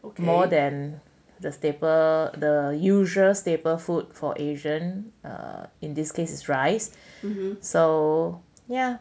more than the staple the usual staple food for asian or in this case is rice so yeah